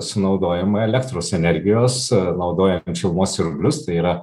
sunaudojama elektros energijos naudoja šilumos siurblius tai yra